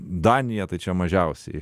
danija tai čia mažiausiai